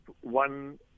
one